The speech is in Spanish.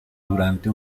durante